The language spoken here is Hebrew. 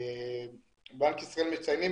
בנק ישראל מציינים